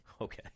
Okay